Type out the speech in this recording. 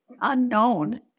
unknown